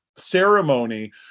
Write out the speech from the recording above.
ceremony